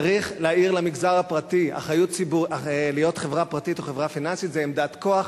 צריך להעיר למגזר הפרטי: להיות חברה פרטית או חברה פיננסית זו עמדת כוח,